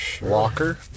Walker